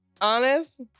honest